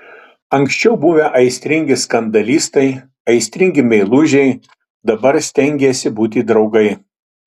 anksčiau buvę aistringi skandalistai aistringi meilužiai dabar stengėsi būti draugai